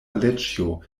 aleĉjo